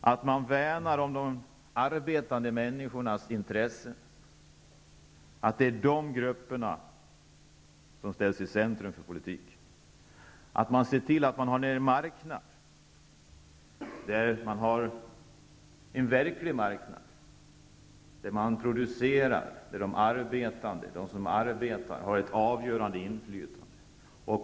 Man måste värna om de arbetande människornas intressen. Det är dessa grupper som måste ställas i centrum för politiken. Man måste se till att man har en verklig marknad där de som arbetar och producerar har ett avgörande inflytande.